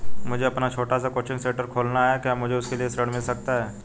मुझे अपना छोटा सा कोचिंग सेंटर खोलना है क्या मुझे उसके लिए ऋण मिल सकता है?